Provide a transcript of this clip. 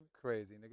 Crazy